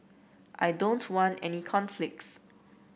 I don't want any conflicts